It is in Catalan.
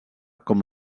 com